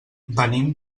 venim